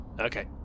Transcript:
Okay